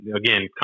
again